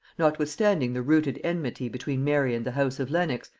notwithstanding the rooted enmity between mary and the house of lenox,